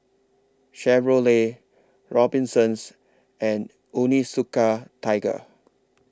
Chevrolet Robinsons and Onitsuka Tiger